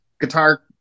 guitar